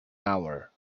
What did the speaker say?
hour